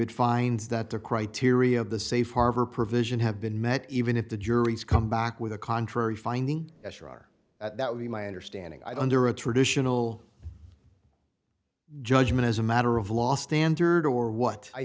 finds that the criteria of the safe harbor provision have been met even if the juries come back with a contrary finding that would be my understanding i under a traditional judgment as a matter of law standard or what i